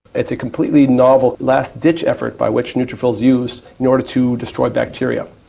it's a completely novel last-ditch effort by which neutrophils use in order to destroy bacteria.